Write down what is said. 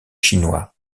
chinois